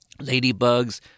ladybugs